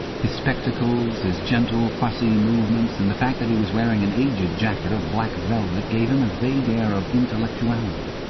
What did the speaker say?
his spectacles, his gentle, fussy movements, and the fact that he was wearing an aged jacket of black velvet, gave him a vague air of intellectuality,